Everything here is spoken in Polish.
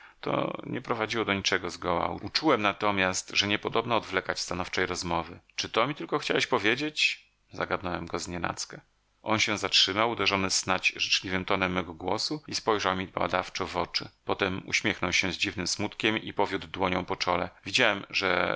to nie prowadziło do niczego zgoła uczułem natomiast że niepodobna odwlekać stanowczej rozmowy czy to mi tylko chciałeś powiedzieć zagadnąłem go z nienacka on się zatrzymał uderzony snadź życzliwym tonem mego głosu i spojrzał mi badawczo w oczy potem uśmiechnął się z dziwnym smutkiem i powiódł dłonią po czole widziałem że